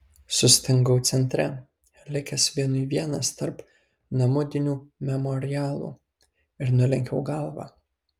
sustingau centre likęs vienui vienas tarp namudinių memorialų ir nulenkiau galvą